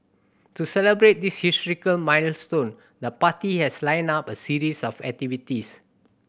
to celebrate this historical milestone the party has lined up a series of activities